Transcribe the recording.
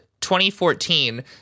2014